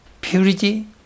purity